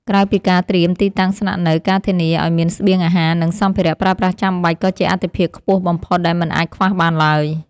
ក្រៅពីការត្រៀមទីតាំងស្នាក់នៅ ការធានាឱ្យមានស្បៀងអាហារ និងសម្ភារៈប្រើប្រាស់ចាំបាច់ ក៏ជាអាទិភាពខ្ពស់បំផុតដែលមិនអាចខ្វះបានឡើយ។